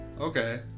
okay